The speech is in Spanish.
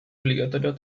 obligatorio